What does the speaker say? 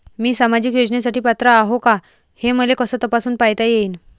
मी सामाजिक योजनेसाठी पात्र आहो का, हे मले कस तपासून पायता येईन?